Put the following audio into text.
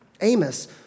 Amos